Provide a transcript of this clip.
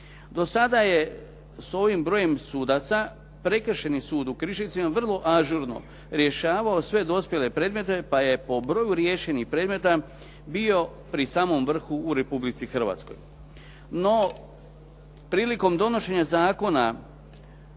Do sada je s ovim brojem sudaca Prekršajni sud u Križevcima vrlo ažurno rješavao sve dospjele predmete, pa je po broju riješenih predmeta bio pri samom vrhu u Republici Hrvatskoj. No, prilikom donošenja zakona